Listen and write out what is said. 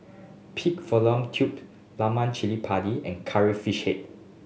Pig Fallopian Tubes Lemak Cili Padi and Curry Fish Head